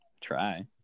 Try